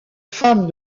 femme